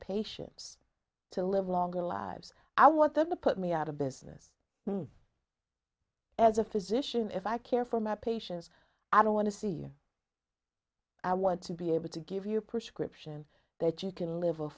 patients to live longer lives i want them to put me out of business as a physician if i care for my patients i don't want to see or i want to be able to give you a prescription that you can live a